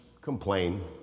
complain